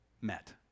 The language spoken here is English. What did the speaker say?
met